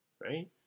Right